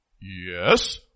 Yes